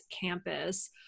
campus